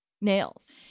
nails